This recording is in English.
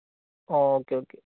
okay okay